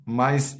mas